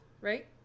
right